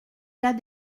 cas